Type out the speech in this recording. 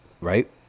Right